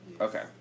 Okay